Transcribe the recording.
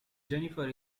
jennifer